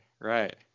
right